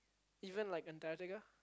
even like Antarctica